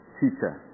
teacher